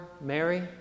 Mary